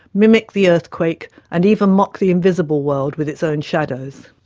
mimic the earthquake, and even mock the invisible world with its own shadows.